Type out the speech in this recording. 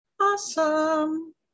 Awesome